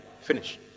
Finish